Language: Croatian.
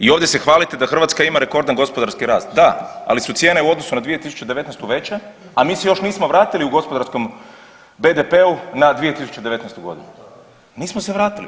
I ovdje se hvalite da Hrvatska ima rekordan gospodarski rast, da, ali su cijene u odnosu na 2019. veće, a mi se još nismo vratili u gospodarskom BDP-u na 2019.g., nismo se vratili.